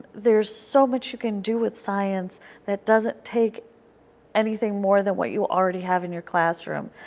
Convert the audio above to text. there is so much you can do with science that doesn't take anything more than what you already have in your classroom.